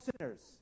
sinners